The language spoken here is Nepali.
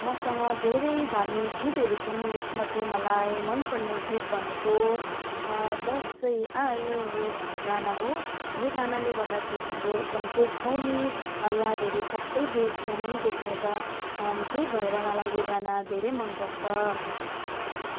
मसँग धेरै धार्मिक गीतहरू छन् यसमध्ये मलाई मनपर्ने गीत भनेको दसैँ आयो भन्ने गाना हो यो गानाले गर्दा चाहिँ हाम्रो एकदम पुर्ख्यौली यादहरू सबै दे छ्याङ्गै देखाउँछ त्यही भएर मलाई यो गाना धेरै मनपर्छ